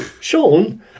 Sean